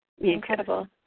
Incredible